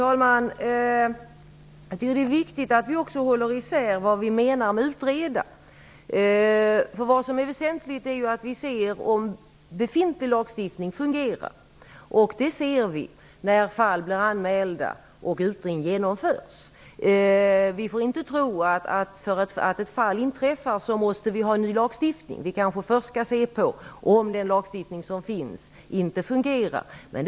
Fru talman! Jag tycker att det är viktigt att vi är överens om vad vi menar med ''utreda''. Det som är väsentligt är att vi undersöker om befintlig lagstiftning fungerar. Det får vi reda på vi när det görs anmälningar och fallen utreds. Vi får inte tro att vi måste ha en ny lagstiftning därför att ett fall av sådan här verksamhet konstateras. Vi kanske först skall undersöka om den lagstiftning som finns fungerar eller inte.